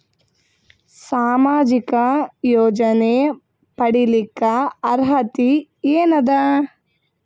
ಸಾಮಾಜಿಕ ಯೋಜನೆ ಪಡಿಲಿಕ್ಕ ಅರ್ಹತಿ ಎನದ?